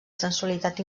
sensualitat